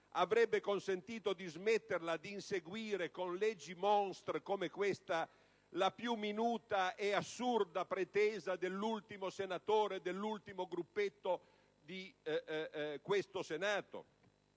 avrebbe consentito di smettere di inseguire con leggi *monstre*, come questa, la più minuta e assurda pretesa dell'ultimo senatore, dell'ultimo gruppetto di questo Senato?